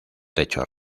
techo